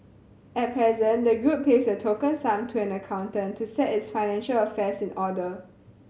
at present the group pays a token sum to an accountant to set its financial affairs in order